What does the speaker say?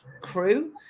crew